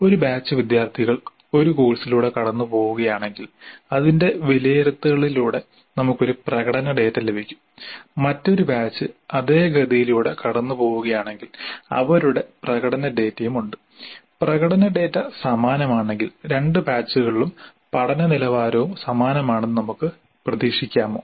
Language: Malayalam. ഒരു ബാച്ച് വിദ്യാർത്ഥികൾ ഒരു കോഴ്സിലൂടെ കടന്നുപോകുകയാണെങ്കിൽ അതിന്റെ വിലയിരുത്തളിലൂടെ നമുക്ക് ഒരു പ്രകടന ഡാറ്റ ലഭിക്കും മറ്റൊരു ബാച്ച് അതേ ഗതിയിലൂടെ കടന്നുപോകുകയാണെങ്കിൽ അവരുടെ പ്രകടന ഡാറ്റയുമുണ്ട് പ്രകടന ഡാറ്റ സമാനമാണെങ്കിൽ രണ്ട് ബാച്ചുകളിലും പഠന നിലവാരവും സമാനമാണെന്ന് നമുക്ക് പ്രതീക്ഷിക്കാമോ